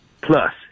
plus